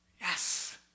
Yes